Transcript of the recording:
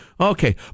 Okay